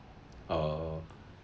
oh